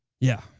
yeah.